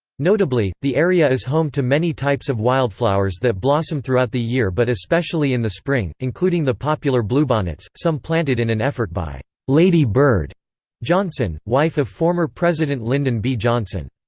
notably, the area is home to many types of wildflowers that blossom throughout the year but especially in the spring, including the popular bluebonnets, some planted in an effort by lady bird johnson, wife of former president lyndon b. johnson.